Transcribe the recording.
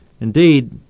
Indeed